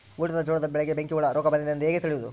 ಊಟದ ಜೋಳದ ಬೆಳೆಗೆ ಬೆಂಕಿ ಹುಳ ರೋಗ ಬಂದಿದೆ ಎಂದು ಹೇಗೆ ತಿಳಿಯುವುದು?